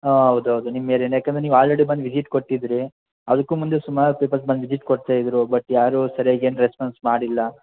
ಹಾಂ ಹೌದು ಹೌದು ನಿಮ್ಮ ಏರಿಯಾನೆ ಯಾಕಂದ್ರೆ ನೀವು ಆಲ್ರೆಡಿ ಬಂದು ವಿಸಿಟ್ ಕೊಟ್ಟಿದ್ದಿರಿ ಅದಕ್ಕು ಮುಂದೆ ಸುಮಾರು ಪೀಪಲ್ಸ್ ಬಂದು ವಿಸಿಟ್ ಕೊಡ್ತಾಯಿದ್ದರು ಬಟ್ ಯಾರೂ ಸರ್ಯಾಗಿ ಏನೂ ರೆಸ್ಪಾನ್ಸ್ ಮಾಡಿಲ್ಲ